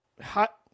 Hot